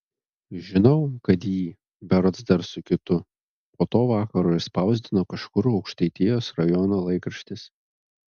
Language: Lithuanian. žinau kad jį berods dar su kitu po to vakaro išspausdino kažkur aukštaitijos rajono laikraštis